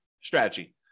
strategy